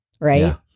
Right